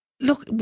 Look